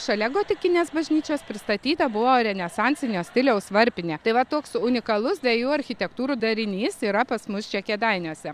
šalia gotikinės bažnyčios pristatyta buvo renesansinio stiliaus varpinė tai va toks unikalus dviejų architektūrų darinys yra pas mus čia kėdainiuose